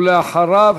ואחריו,